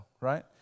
right